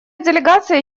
делегация